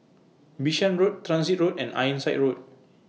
Bishan Road Transit Road and Ironside Road